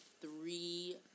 three